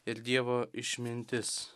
ir dievo išmintis